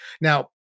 Now